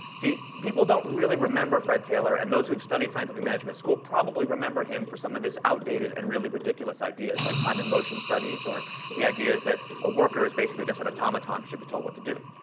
see, people don't really remember fred taylor. and those who've studied scientific management in school probably remember him for some of his outdated and really ridiculous ideas, like time and motion studies or the idea that a worker is basically just an automaton and should be told what to do.